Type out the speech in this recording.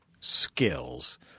skills